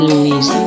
Luis